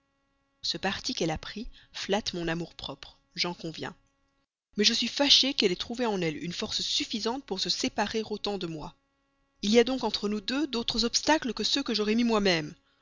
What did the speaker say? ce parti qu'elle a pris flatte mon amour-propre j'en conviens mais je suis fâché cependant qu'elle ait trouvé en elle une force suffisante pour se séparer autant de moi il y aura donc entre nous deux d'autres obstacles que ceux que j'aurai placés moi-même